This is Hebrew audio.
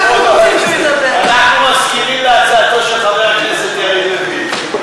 אנחנו מסכימים להצעתו של חבר הכנסת יריב לוין.